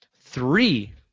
Three